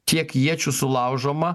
tiek iečių sulaužoma